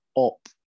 up